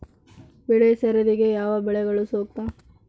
ಬೆಳೆ ಸರದಿಗೆ ಯಾವ ಬೆಳೆಗಳು ಸೂಕ್ತ?